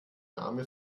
name